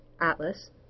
Atlas